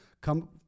come